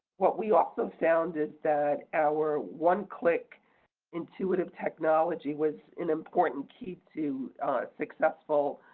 what we also found is that our one click intuitive technology was an important key to successful